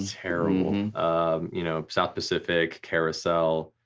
terrible. um um you know south pacific, carousel,